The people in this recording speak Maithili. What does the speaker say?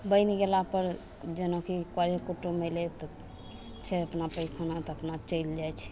बनि गेलापर जेनाकि करे कुटुम अयलय तऽ छै अपना पैखाना तऽ अपना चलि जाय छै